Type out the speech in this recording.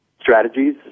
Strategies